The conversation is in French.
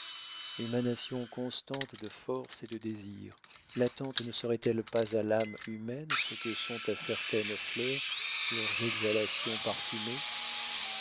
la vérité émanation constante de force et de désirs l'attente ne serait-elle pas à l'âme humaine ce que sont à certaines fleurs leurs exhalations parfumées